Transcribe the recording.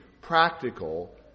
practical